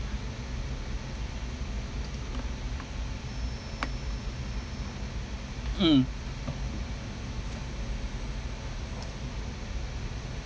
mm